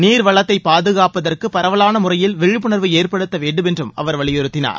நீர் வளத்தை பாதுகாப்பதற்கு பரவலான முறையில் விழிப்புணர்வு ஏற்படுத்த வேண்டும் என்று அவர் வலியுறுத்தினார்